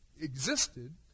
existed